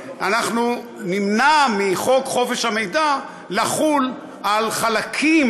נמנע מחוק חופש המידע לחול על חלקים